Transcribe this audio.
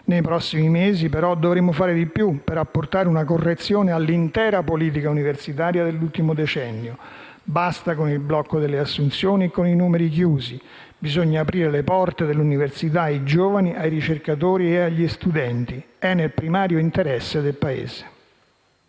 Nei prossimi mesi, però, dovremo fare di più per apportare una correzione all'intera politica universitaria dell'ultimo decennio. Basta con il blocco delle assunzioni e con i numeri chiusi: bisogna aprire le porte dell'università ai giovani, ai ricercatori e agli studenti. È nel primario interesse del Paese.